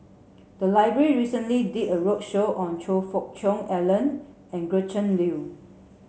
the library recently did a roadshow on Choe Fook Cheong Alan and Gretchen Liu